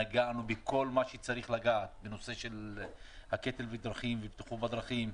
נגענו בכל מה שצריך לגעת בנושא הקטל בדרכים ובטיחות בדרכים.